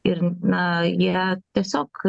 ir na jie tiesiog